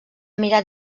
mirat